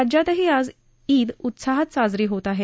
राज्यातही आज ईद उत्साहात साजरी होत आहे